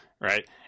right